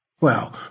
Well